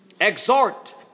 exhort